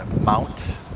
mount